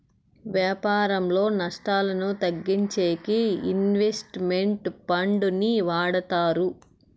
వ్యాపారంలో నష్టాలను తగ్గించేకి ఇన్వెస్ట్ మెంట్ ఫండ్ ని వాడతారు